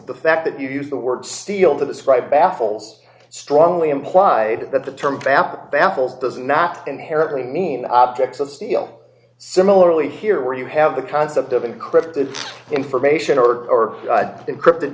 the fact that you use the word steel to describe baffles strongly implied that the term fabric baffles does not inherently mean objects of steel similarly here where you have the concept of encrypted information or encrypted